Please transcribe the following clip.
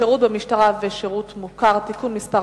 (שירות במשטרה ושירות מוכר) (תיקון מס'